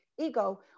ego